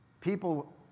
people